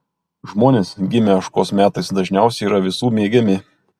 žmonės gimę ožkos metais dažniausiai yra visų mėgiami